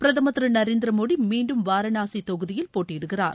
பிரதுமர் திரு நரேந்திர மோடி மீண்டும் வாரனாசி தொகுதியில் போட்டியிடுகிறார்